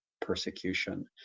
persecution